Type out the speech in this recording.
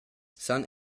san